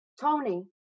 tony